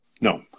No